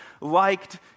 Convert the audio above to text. liked